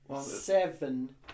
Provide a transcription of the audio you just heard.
seven